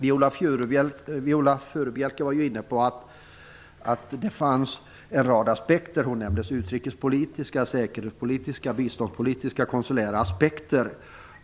Viola Furubjelke menade att det fanns en rad aspekter - hon nämnde utrikespolitiska, säkerhetspolitiska, biståndspolitiska och konsulära aspekter.